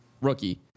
rookie